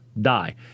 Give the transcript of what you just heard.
die